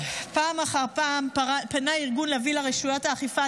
פעם אחר פעם פנה ארגון לביא לרשויות האכיפה על